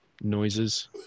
Noises